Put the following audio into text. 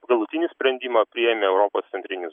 galutinį sprendimą priėmė europos centrinis